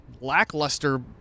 lackluster